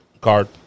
card